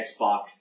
Xbox